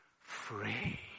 free